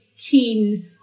keen